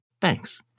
Thanks